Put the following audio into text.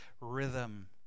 rhythm